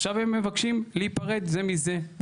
עכשיו הם מבקשים להיפרד זה מזה,